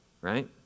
right